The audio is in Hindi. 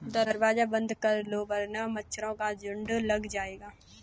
दरवाज़ा बंद कर दो वरना मच्छरों का झुंड लग जाएगा